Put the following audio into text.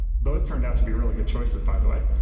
both turned out to be really good choices, by the way.